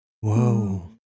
Whoa